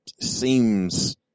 seems –